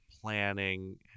planning